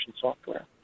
software